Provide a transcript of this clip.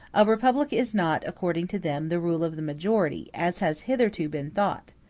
a republic is not, according to them, the rule of the majority, as has hitherto been thought,